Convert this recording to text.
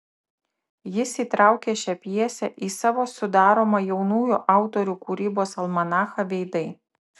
jis įtraukė šią pjesę į savo sudaromą jaunųjų autorių kūrybos almanachą veidai